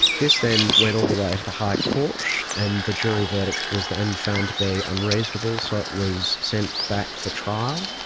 this then went all the way to the high court and the jury verdict was then found to be unreasonable, so it was sent back for trial.